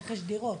רכש דירות.